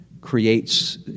creates